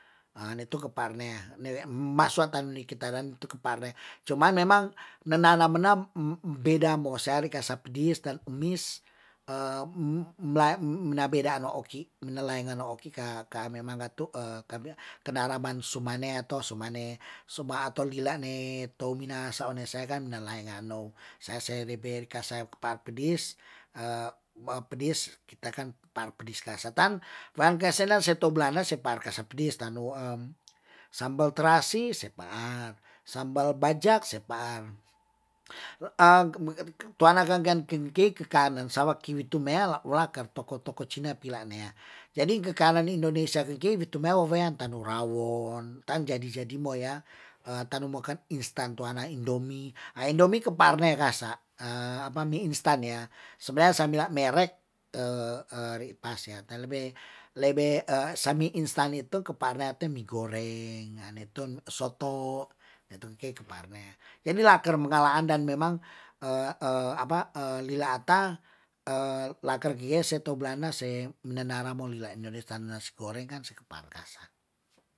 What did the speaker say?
Netu kepanean, ne masuatan ni ketaran tu kepare, cuman memang nenanam menam beda mo na beda no oki' ne laen no oki,, ka ka memang katu kena laman sumanea to sumane, so ba ato lila' ne tou minahasa one saya kan nelay nganou, saya se lebe ka saya ba pedis, ba pedis kita kan par pedis kasa tan, wan kasena se tou blana se par kasa pedis tanu sambel trasi se par, sambal bajak se par, tuanakan kan kenki kekanen, sawaki wi tumea la ulak kerto kotokocina pilanea. jadi ke kanan indonesia ke ki witumao wean tanu rawon. tan jadi jadi moya tanu mokan instan tuana indomie, nah indomie keparne rasa apa mi instan ya, sebenarnya samila merek ri pasea lebe mi instan itu kepare te mie goreng, nga nitun soto, nitun ke keparne. jadilah ker mengalaan dan memang, apa lila'ata laker gie setou blana se minanaramo lile ne indonesia nasi goreng kan ke par kasa.